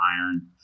iron